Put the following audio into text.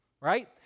right